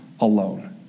alone